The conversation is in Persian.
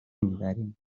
میبریم